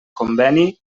conveni